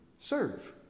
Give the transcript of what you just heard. serve